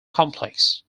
complex